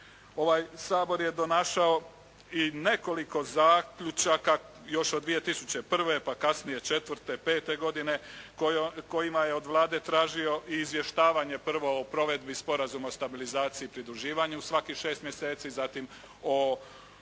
Ovaj Sabor je donašao i nekoliko zaključaka još od 2001., pa kasnije 4., 5. godine kojima je od Vlade tražio i izvještavanje prvo o provedbi Sporazuma o stabilizaciji i pridruživanju svakih šest mjeseci, zatim zaključke